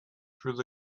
through